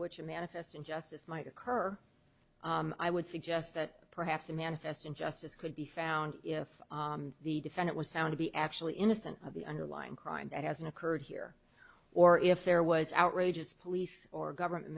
which a manifest injustice might occur i would suggest that perhaps a manifest injustice could be found if the defendant was found to be actually innocent of the underlying crime that has occurred here or if there was outrageous police or government